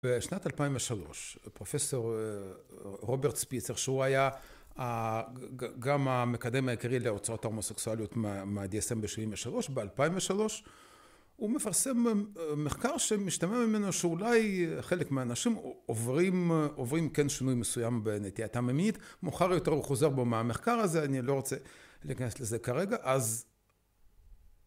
בשנת 2003 פרופסור רוברט ספיצר שהוא היה גם המקדם העיקרי להוצאת ההומוסקסואליות מהדי. אס. אם. בשבעים ושלוש באלפיים ושלוש הוא מפרסם מחקר שמשתמע ממנו שאולי חלק מהאנשים עוברים כן שינוי מסוים בנטייתם המינית מאוחר יותר הוא חוזר בו מהמחקר הזה אני לא רוצה להיכנס לזה כרגע אז